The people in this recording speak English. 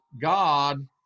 God